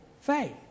faith